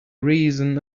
reason